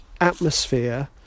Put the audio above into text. atmosphere